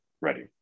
ready